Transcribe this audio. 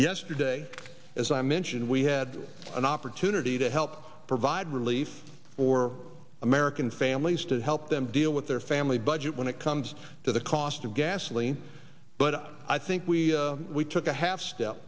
yesterday as i mentioned we had an opportunity to help provide relief for american families to help them deal with their family budget when it comes to the cost of gasoline but i think we we took a half step